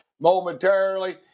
momentarily